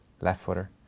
left-footer